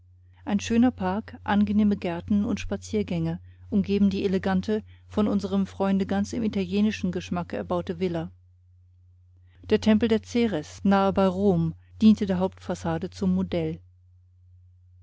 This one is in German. ein schöner park angenehme gärten und spaziergänge umgeben die elegante von unserem freunde ganz im italienischen geschmacke erbaute villa der tempel der ceres nahe bei rom diente der hauptfassade zum modell